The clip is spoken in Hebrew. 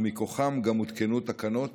ומכוחם גם הותקנו תקנות